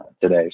today